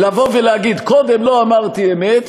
לבוא ולהגיד: קודם לא אמרתי אמת,